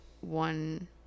one